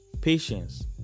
patience